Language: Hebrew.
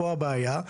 פה הבעיה.